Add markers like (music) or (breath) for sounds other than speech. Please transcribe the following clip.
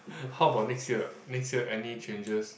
(breath) how about next year next year any changes